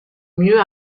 mieux